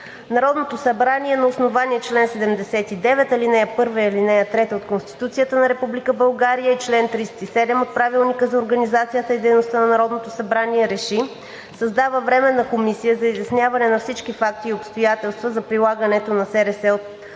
Народното събрание на основание чл. 79, ал. 1 и ал. 3 от Конституцията на Република България и чл. 37 от Правилника за организацията и дейността на Народното събрание РЕШИ: I. Създава Временна комисия за изясняване на всички факти и обстоятелства за прилагането на СРС